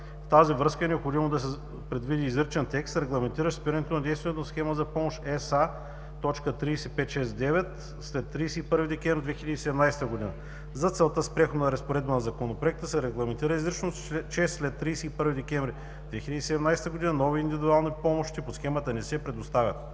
В тази връзка е необходимо да се предвиди изричен текст, регламентиращ спирането на действието на Схема за помощ SA.30569 (2016/MX) след 31 декември 2017 г. За целта с преходна разпоредба на Законопроекта се регламентира изрично, че след 31 декември 2017 г. нови индивидуални помощи по схемата не се предоставят.